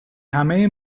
همه